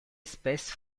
espèce